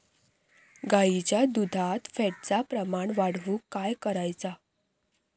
गाईच्या दुधात फॅटचा प्रमाण वाढवुक काय करायचा?